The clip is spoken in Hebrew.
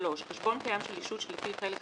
חשבון קיים של ישות שלפי חלק V,